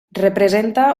representa